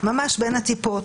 ממש בין הטיפות.